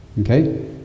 Okay